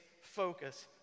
focus